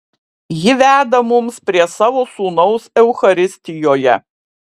ji veda mums prie savo sūnaus eucharistijoje